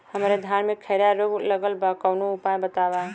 हमरे धान में खैरा रोग लगल बा कवनो उपाय बतावा?